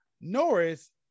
Norris